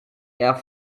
air